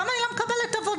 למה אני לא מקבלת עבודה?